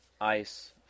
Ice